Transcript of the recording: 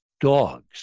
dogs